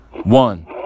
One